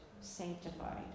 sanctified